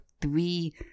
three